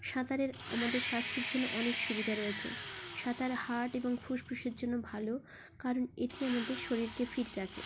সাঁতারের আমাদের স্বাস্থ্যের জন্য অনেক সুবিধা রয়েছে সাঁতার হার্ট এবং ফুসফুসের জন্য ভালো কারণ এটি আমাদের শরীরকে ফিট রাখে